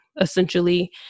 essentially